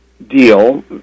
deal